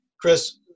Chris